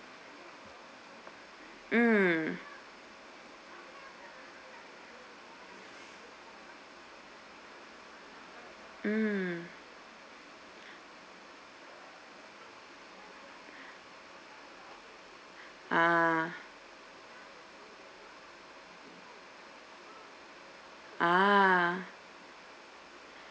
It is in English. mm ah